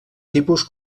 tipus